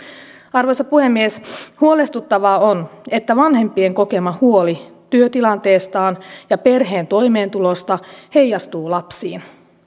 arvoisa puhemies huolestuttavaa on että vanhempien kokema huoli työtilanteestaan ja perheen toimeentulosta heijastuu lapsiin